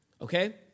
okay